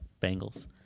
Bengals